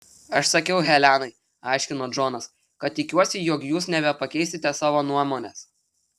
aš sakiau helenai aiškino džonas kad tikiuosi jog jūs nebepakeisite savo nuomonės